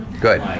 good